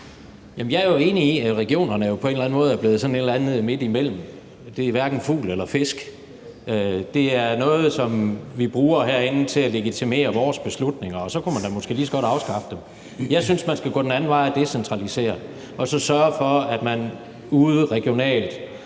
måde er blevet sådan et eller andet midt imellem. Det er hverken fugl eller fisk; det er noget, som vi bruger herinde til at legitimere vores beslutninger, og så kunne man da måske lige så godt afskaffe dem. Jeg synes, man skal gå den anden vej og decentralisere og så sørge for, at man ude regionalt